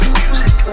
music